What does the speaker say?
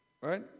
right